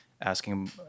asking